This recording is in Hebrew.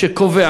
שקובע,